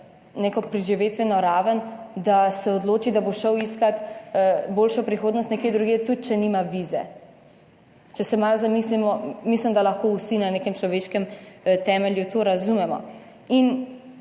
neko preživetveno raven, da se odloči, da bo šel iskat boljšo prihodnost nekje drugje tudi če nima veze, Če se malo zamislimo, mislim da lahko vsi na nekem človeškem temelju to razumemo. In